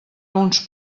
uns